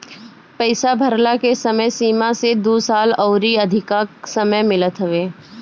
पईसा भरला के समय सीमा से दू साल अउरी अधिका समय मिलत हवे